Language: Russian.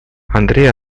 андрей